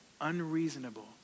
unreasonable